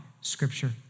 scripture